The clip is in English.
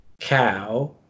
cow